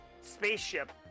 spaceship